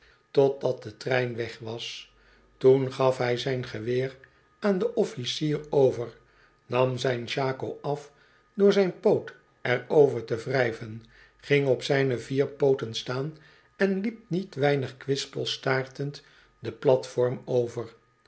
totdat de trein weg was toen gaf hij zijn geweer aan den officier over nam zijn shako af door zijn poot er over te wrijven ging op zijne vier pooten staan en liep niet weinig kwispelstaartend den platform over